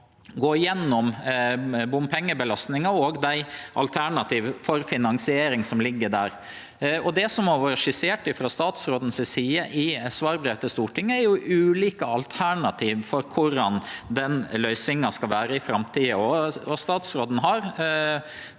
gå gjennom bompengebelastninga og dei alternativa for finansiering som ligg der. Det som har vore skissert frå statsråden si side i svarbrev til Stortinget, er ulike alternativ for korleis den løysinga skal vere i framtida, og statsråden har